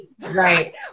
right